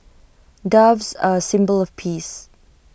doves are A symbol of peace